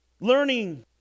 Learning